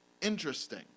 interesting